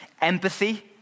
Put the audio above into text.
empathy